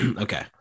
Okay